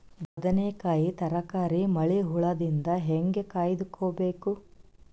ಬದನೆಕಾಯಿ ತರಕಾರಿ ಮಳಿ ಹುಳಾದಿಂದ ಹೇಂಗ ಕಾಯ್ದುಕೊಬೇಕು?